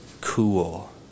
Cool